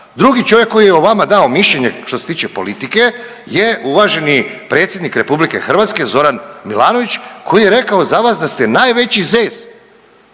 Drugi čovjek koji je o vama dao mišljenje što se tiče politike je uvaženi predsjednik RH Zoran Milanović koji je rekao za vas da ste najveći zec.